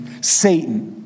Satan